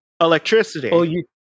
Electricity